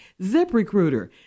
ZipRecruiter